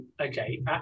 okay